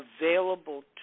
Available